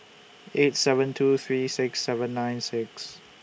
eight seven two three six seven nine six